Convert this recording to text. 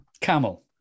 Camel